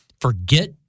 forget